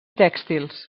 tèxtils